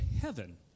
heaven